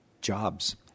jobs